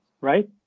right